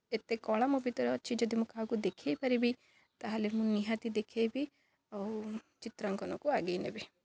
ଏତେ କଳା ମୋ ଭିତରେ ଅଛି ଯଦି ମୁଁ କାହାକୁ ଦେଖାଇ ପାରିବି ତା'ହେଲେ ମୁଁ ନିହାତି ଦେଖାଇବି ଆଉ ଚିତ୍ରାଙ୍କନକୁ ଆଗେଇ ନେବି